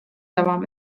devam